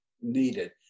needed